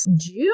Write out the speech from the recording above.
June